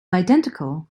identical